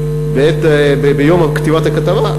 ביום כתיבת הכתבה,